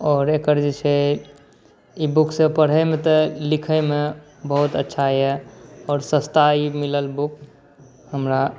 आओर एकर जे छै पढै सॅं तऽ लिखैमे बहुत अच्छा अछि सबसँ सस्ता मिलल ई बुक हमरा